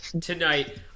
Tonight